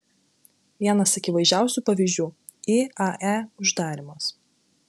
vienas akivaizdžiausių pavyzdžių iae uždarymas